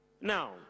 Now